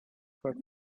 for